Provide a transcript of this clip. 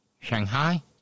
Shanghai